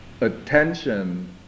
Attention